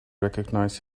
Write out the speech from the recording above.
recognize